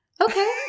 okay